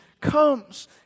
comes